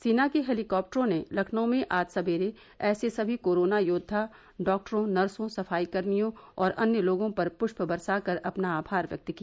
सेना के हेलीकॉप्टरों ने लखनऊ में आज सवेरे ऐसे समी कोरोना योद्वा डॉक्टरों नर्सों सफाईकर्मियों और अन्य लोगों पर पृष्प बरसाकर अपना आभार व्यक्त किया